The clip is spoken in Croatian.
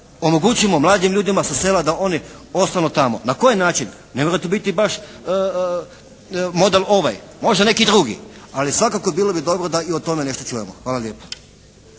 omogućimo mladim ljudima sa sela da oni ostanu tamo. Na koji način? Ne mora to biti baš model ovaj. Možda neki drugi. Ali svakako bilo bi dobro da i o tome nešto čujemo. Hvala lijepa.